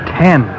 ten